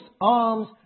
arms